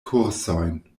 kursojn